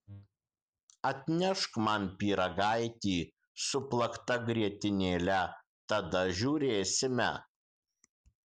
atnešk man pyragaitį su plakta grietinėle tada žiūrėsime